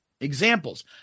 Examples